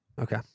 Okay